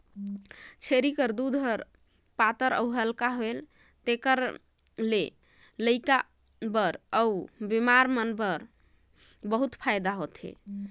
छेरी कर दूद ह पातर अउ हल्का होथे तेखर सेती लइका बर अउ बेमार मन बर बिकट फायदा कर होथे